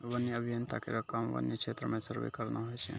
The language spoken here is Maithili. वन्य अभियंता केरो काम वन्य क्षेत्र म सर्वे करना होय छै